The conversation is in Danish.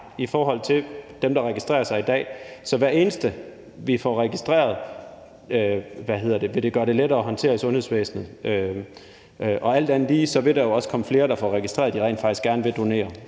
i forhold til dem, der registrerer sig i dag. For hver eneste, vi får registreret, vil gøre det lettere at håndtere i sundhedsvæsenet. Og alt andet lige vil der jo også komme flere, der får registreret, at de rent faktisk gerne vil donere